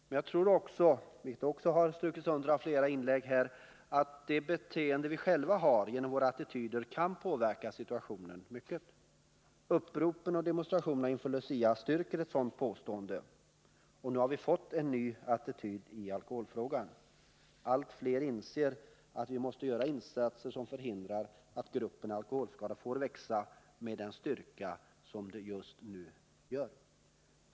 Men jag tror att — något som understrukits i flera inlägg här — vårt eget beteende, våra egna attityder, kan påverka situationen mycket. Uppropen och demonstrationerna inför Luciafirandet styrker ett sådant påstående. Nu har vi en ny attityd i alkoholfrågan. Allt fler inser att vi måste göra insatser som förhindrar att gruppen alkoholskadade växer med den styrka den gör just nu.